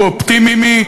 הוא אופטימי,